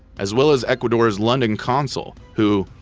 as well as ecuador's london consul who,